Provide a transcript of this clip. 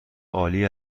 عالی